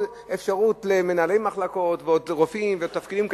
אפשרות למנהלי מחלקות ועוד רופאים ועוד תפקידים,